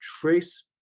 trace